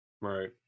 Right